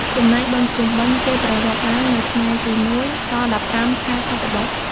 ចំណែកបុណ្យភ្ជុំបិណ្ឌ គេប្រារព្ធឡើងពីថ្ងៃទី ១ ដល់ ១៥ខែភទ្របទ ។